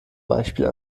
beispiel